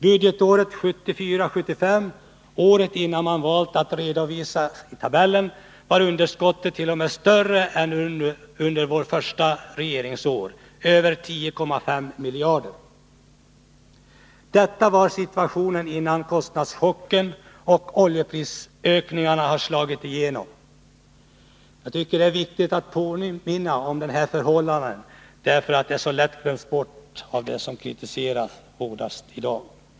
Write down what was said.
Budgetåret 1974/75 — året före det år som man valt att redovisa i tabellen — var underskottet t.o.m. större än under vårt första regeringsår, nämligen över 10,5 miljarder. Detta var situationen innan kostnadschocken och oljeprisökningarna hade slagit igenom. Jag tycker att det är viktigt att påminna om de här förhållandena, därför att de så lätt glöms bort av dem som kritiserar hårdast i dag.